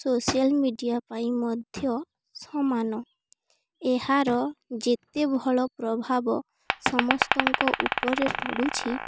social media ପାଇଁ ମଧ୍ୟ ସମାନ ଏହାର ଯେତେ ଭଲ ପ୍ରଭାବ ସମସ୍ତଙ୍କ ଉପରେ ପଡ଼ୁଛି